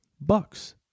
bucks